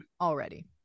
already